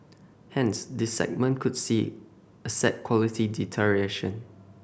hence this segment could see asset quality deterioration